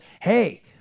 hey